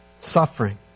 Suffering